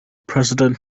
president